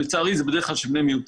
ולצערי זה בדרך כלל של בני מיעוטים,